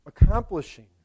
accomplishing